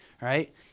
right